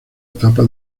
etapa